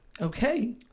okay